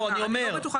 אני לא בטוחה בזה.